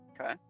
Okay